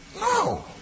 No